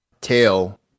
tail